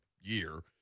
year